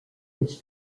his